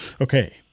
Okay